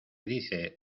dice